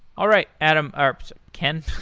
all right, adam ah or ken.